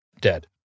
dead